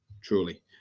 truly